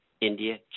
India